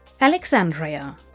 Alexandria